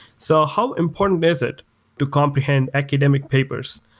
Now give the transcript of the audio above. so how important is it to comprehend academic papers,